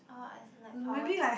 orh as in like power tool